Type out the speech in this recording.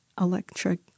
electric